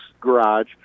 garage